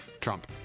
Trump